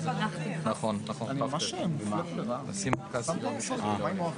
אני מתכבד לפתוח את ישיבת ועדת הפנים והגנת הסביבה.